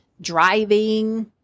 driving